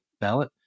ballot